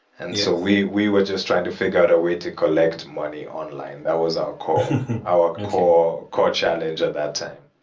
and so we we were just trying to figure out a way to collect money online. that was our core our core core challenge at that time